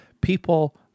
People